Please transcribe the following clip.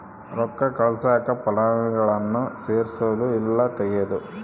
ರೊಕ್ಕ ಕಳ್ಸಾಕ ಫಲಾನುಭವಿಗುಳ್ನ ಸೇರ್ಸದು ಇಲ್ಲಾ ತೆಗೇದು